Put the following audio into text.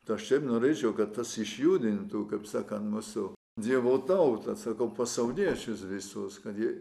tai aš šiaip norėčiau kad tas išjudintų kaip sakant mūsų dievo tautą sakau pasauliečius visus kad jie